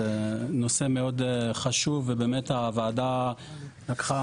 זה נושא מאוד חשוב ובאמת הוועדה לקחה,